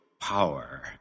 power